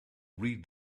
read